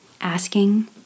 asking